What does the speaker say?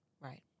Right